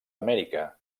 amèrica